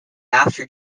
after